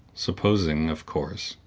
supposing, of course,